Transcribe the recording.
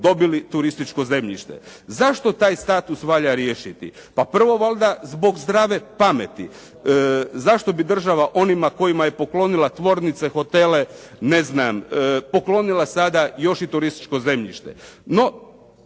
dobili turističko zemljište. Zašto taj status valja riješiti? Pa prvo valjda zbog zdrave pameti. Zašto bi država onima kojima je poklonila tvornice hotele, ne znam, poklonila sada još i turističko zemljište?